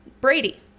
Brady